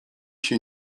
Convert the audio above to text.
się